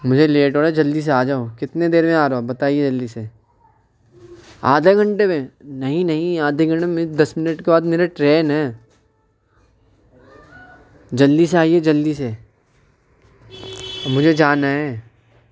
مجھے لیٹ ہو رہا ہے جلدی سے آ جاؤ کتنے دیر میں آ رہے ہو آپ بتائیے جلدی سے آدھا گھنٹے میں نہیں نہیں آدھے گھنٹے میں نہیں دس منٹ کے بعد میرا ٹرین ہے جلدی سے آئیے جلدی سے مجھے جانا ہے